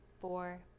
four